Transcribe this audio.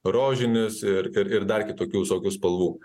rožinis ir ir ir dar kitokių visokių spalvų